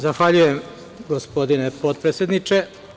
Zahvaljujem gospodine potpredsedniče.